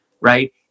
right